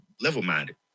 level-minded